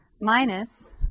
minus